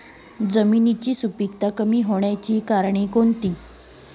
जमिनीची सुपिकता कमी होण्याची कारणे कोणती?